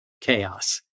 chaos